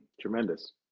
Tremendous